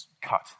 cut